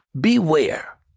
beware